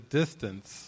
distance